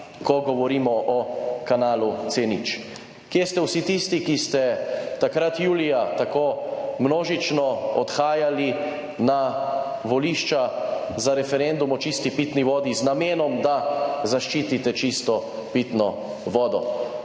ko govorimo o kanalu C0? Kje ste vsi tisti, ki ste takrat julija tako množično odhajali na volišča za referendum o čisti pitni vodi z namenom, da zaščitite čisto pitno vodo.